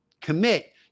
commit